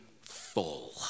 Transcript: full